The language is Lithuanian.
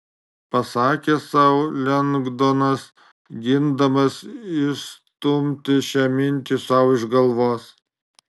pasakė sau lengdonas gindamas išstumti šią mintį sau iš galvos